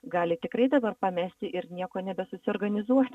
gali tikrai dabar pamesti ir nieko nebesusiorganizuoti